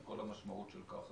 עם כל המשמעות של כך.